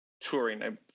touring